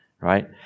right